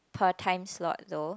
per time slot though